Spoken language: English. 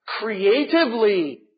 creatively